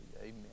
Amen